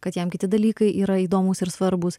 kad jam kiti dalykai yra įdomūs ir svarbūs